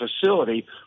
facility